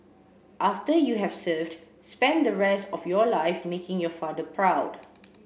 after you have served spend the rest of your life making your father proud